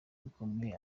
bikomeye